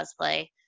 cosplay